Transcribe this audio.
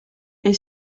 est